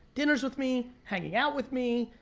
dinners with me, hanging out with me,